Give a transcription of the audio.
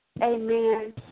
Amen